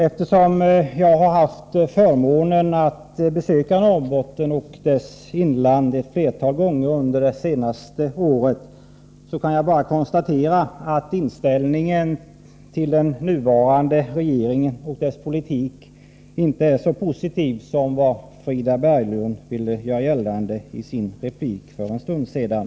Eftersom jag har haft förmånen att besöka Norrbotten och dess inland flera gånger under det senaste året, kan jag bara konstatera att inställningen till den nuvarande regeringen och dess politik inte är så positiv som Frida Berglund ville göra gällande i sin replik för en stund sedan.